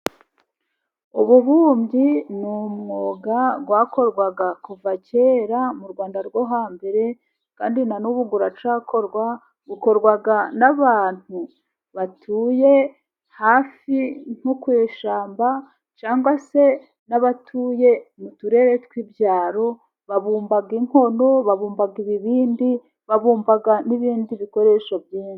Ububumbyi ni umwuga wakorwaga kuva kera mu Rwanda rwo hambere, kandi nanubu buracyakorwa, ukorwa n'abantu batuye hafi nko ku ishyamba, cyangwa se n'abatuye mu turere tw'ibyaro, babumba inkono, babumba ibibindi, babumba n'ibindi bikoresho byinshi.